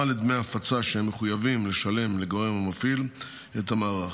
לדמי הפצה שהם מחויבים לשלם לגורם המפעיל את המערך,